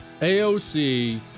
AOC